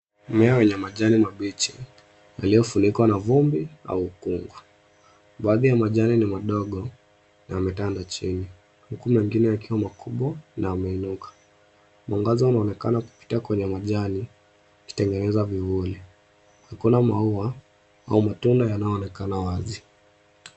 Mmea wenye majani mabichi yaliyofunikwa na vumbi au ukungu. Baadhi ya majani ni madogo na yametanda chini huku mengine yakiwa makubwa na yameinuka. Mwangaza unaonekana ukipita kwenye majani ukitengeneza vivuli. Hakuna maua au matunda yanayoonekana wazi.